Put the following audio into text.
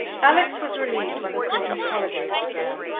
alex was relieved when the christmas holidays began,